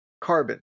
carbon